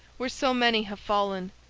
where so many have fallen,